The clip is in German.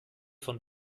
von